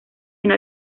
una